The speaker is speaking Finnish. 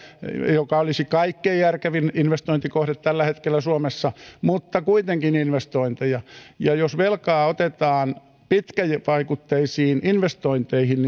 joka olisi kaikkein järkevin investointikohde tällä hetkellä suomessa mutta kuitenkin investointeja jos velkaa otetaan pitkävaikutteisiin investointeihin